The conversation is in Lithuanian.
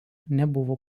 nebuvo